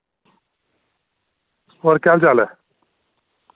होर केह् हाल चाल ऐ